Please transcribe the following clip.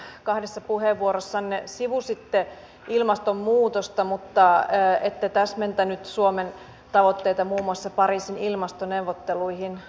pääministeri teidän kahdessa puheenvuorossanne sivusitte ilmastonmuutosta mutta ette täsmentänyt suomen tavoitteita muun muassa pariisin ilmastoneuvotteluihin